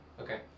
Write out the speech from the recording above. Okay